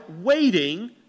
waiting